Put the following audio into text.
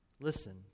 Listen